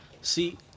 See